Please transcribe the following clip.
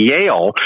Yale